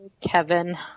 Kevin